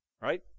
Right